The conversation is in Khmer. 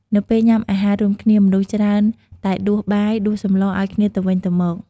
នៅពេលញ៉ាំអាហាររួមគ្នា មនុស្សច្រើនតែដួសបាយ ដួសសម្លរឲ្យគ្នាទៅវិញទៅមក។